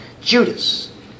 Judas